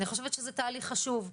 אני חושבת שזה תהליך חשוב.